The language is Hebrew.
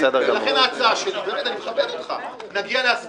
לכן ההצעה שלי היא שנגיע להסכמות.